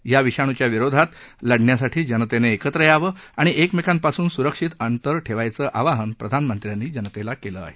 या विषाणूच्या विरोधात लढण्यासाठी जनतेनं एकत्र यावं आणि एमेकांपासून सुरक्षित अंतर ठेवायचं आवाहन प्रधानमंत्र्यांनी जनतेला केलं आहे